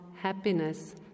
happiness